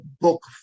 book